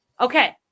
Okay